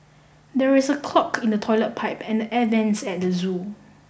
there is a clog in the toilet pipe and the air vents at the zoo